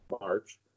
March